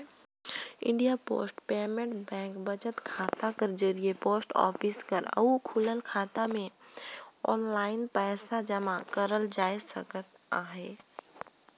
India post payment bank बचत खाता कर जरिए पोस्ट ऑफिस कर अउ खुलल खाता में आनलाईन पइसा जमा करल जाए सकत अहे